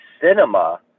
cinema